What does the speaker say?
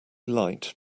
light